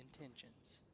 intentions